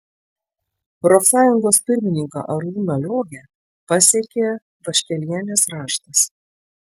profsąjungos pirmininką arūną liogę pasiekė vaškelienės raštas